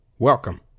Welcome